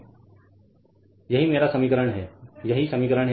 Refer Slide Time 2159 यही मेरा समीकरण है यही समीकरण है